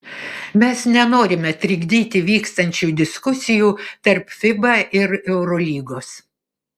mes nenorime trikdyti vykstančių diskusijų tarp fiba ir eurolygos